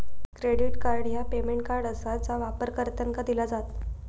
credit card ह्या payment card आसा जा वापरकर्त्यांका दिला जात